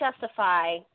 justify